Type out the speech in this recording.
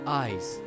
eyes